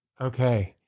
Okay